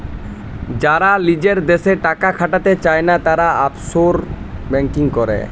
যারা লিজের দ্যাশে টাকা খাটাতে চায়না, তারা অফশোর ব্যাঙ্কিং করেক